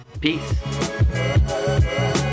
Peace